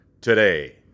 today